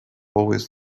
always